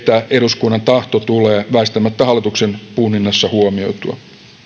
eduskunnan tahto tulee väistämättä hallituksen punninnassa huomioitua